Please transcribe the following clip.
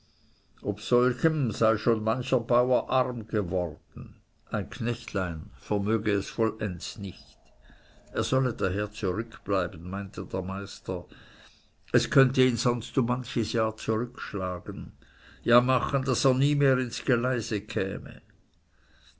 ob solchem sei schon mancher bauer arm geworden ein knechtlein vermöge es vollends nicht er solle daher zurückbleiben meinte der meister es könnte ihn sonst um manches jahr zurückschlagen ja machen daß er nie mehr ins geleise käme